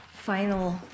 Final